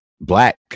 black